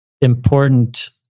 important